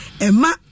Emma